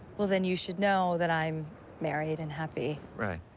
well, then, you should know that i'm married and happy. right.